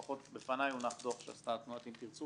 לפחות בפניי הונח דוח שעשתה תנועת אם תרצו